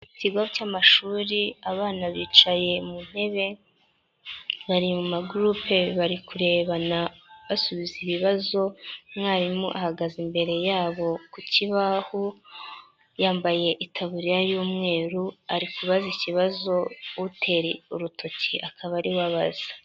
Ikigo cy'amashuri abana bicaye mu ntebe bari mu ma gurupe bari kurebana basubiza ibibazo, umwarimu ahagaze imbere yabo ku kibaho yambaye itaburiya y'umweru ari kubaza ikibazo uteye urutoki akaba ariwe abaza.